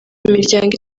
imiryango